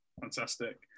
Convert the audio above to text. Fantastic